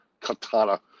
katana